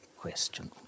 question